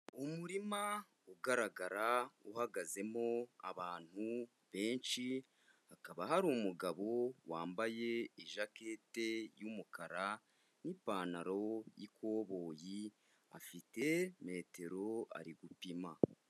Umurima ugaragara uhagazemo abantu benshi, hakaba hari umugabo wambaye ijakete y'umukara n'ipantaro y'ikoboyi afite metero ari gupima.